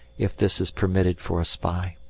if this is permitted for a spy.